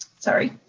sorry.